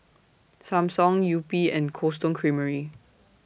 Samsung Yupi and Cold Stone Creamery